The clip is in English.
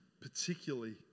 particularly